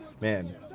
man